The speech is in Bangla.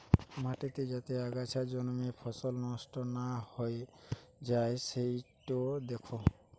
মাটিতে যাতে আগাছা জন্মে ফসল নষ্ট না হৈ যাই সিটো দ্যাখা